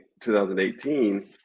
2018